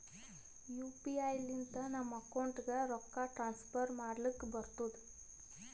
you P I ಲಿಂತ ನಮ್ ಅಕೌಂಟ್ಗ ರೊಕ್ಕಾ ಟ್ರಾನ್ಸ್ಫರ್ ಮಾಡ್ಲಕ್ ಬರ್ತುದ್